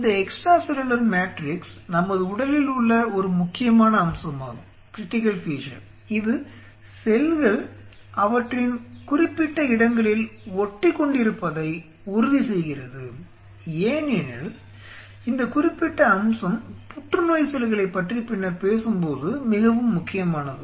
இந்த extracellular matrix நமது உடலில் உள்ள ஒரு முக்கியமான அம்சமாகும் இது செல்கள் அவற்றின் குறிப்பிட்ட இடங்களில் ஒட்டிக்கொண்டிருப்பதை உறுதி செய்கிறது ஏனெனில் இந்த குறிப்பிட்ட அம்சம் புற்றுநோய் செல்களைப் பற்றி பின்னர் பேசும் போது மிகவும் முக்கியமானது